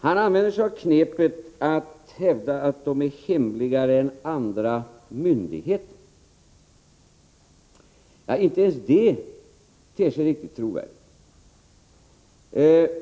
— Han använder sig av knepet att hävda att de är hemligare än andra myndigheter. Inte ens det ter sig riktigt trovärdigt.